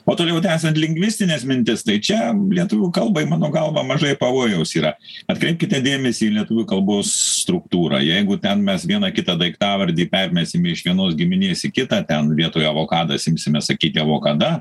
o toliau tęsiant lingvistines mintis tai čia lietuvių kalbai mano galva mažai pavojaus yra atkreipkite dėmesį į lietuvių kalbos struktūrą jeigu ten mes vieną kitą daiktavardį permesime iš vienos giminės į kitą ten vietoj avokadas imsime sakyti avokada